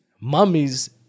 mummies